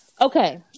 Okay